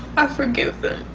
i forgive them.